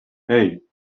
hey